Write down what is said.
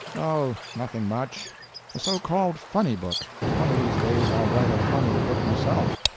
oh, nothing much a so-called funny book. one of these days i'll write a funnier book myself.